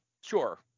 sure